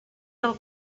del